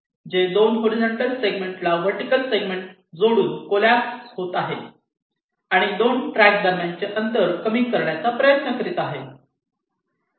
जे 2 हॉरिझॉन्टल सेगमेंटला vertical segment जोडून कॉलॅप्से होत आहे आणि 2 ट्रॅक दरम्यानचे अंतर कमी करण्याचा प्रयत्न करीत आहे